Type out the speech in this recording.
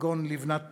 כגון "לבנת פורן".